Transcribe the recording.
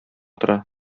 тора